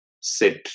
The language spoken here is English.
Sit